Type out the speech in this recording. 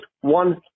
one